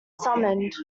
summoned